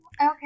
okay